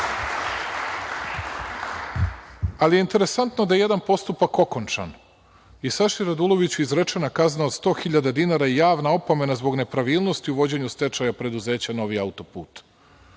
nekada. Interesantno je da je jedan postupak okončan i Saši Raduloviću je izrečena kazna od sto hiljada dinara i javna opomena zbog nepravilnosti u vođenju stečaja preduzeća „Novi autoput“.